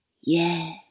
Yeah